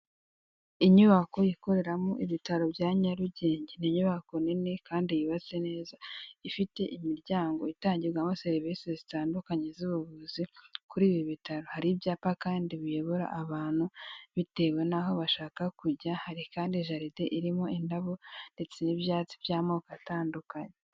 Inyubako ikoreramo ibitaro bya Nyarugenge, ni inyubako nini kandi yubatse neza, ifite imiryango itangirwamo serivisi zitandukanye z'ubuvuzi kuri ibi bitaro, hari ibyapa kandi biyobora abantu bitewe n'aho bashaka kujya, hari kandi jaride irimo indabo ndetse n'ibyatsi by'amoko atandukanye.